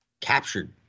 captured